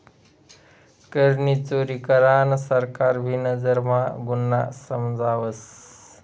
करनी चोरी करान सरकार भी नजर म्हा गुन्हा समजावस